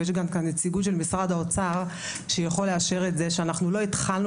ויש כאן גם נציגות של משרד האוצר שיכול לאשר את זה שאנחנו לא התחלנו